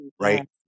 Right